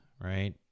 right